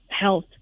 health